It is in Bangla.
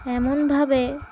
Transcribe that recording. এমনভাবে